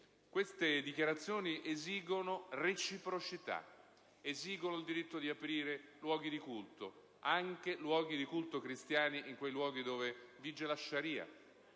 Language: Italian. Queste dichiarazioni esigono reciprocità, esigono il diritto di aprire luoghi di culto, anche luoghi di culto cristiani, in quelle aree dove vige la *Sharia*: